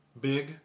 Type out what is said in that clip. big